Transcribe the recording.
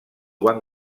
van